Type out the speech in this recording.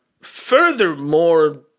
furthermore